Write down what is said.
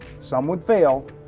some would fail,